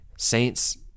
saints